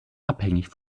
abhängig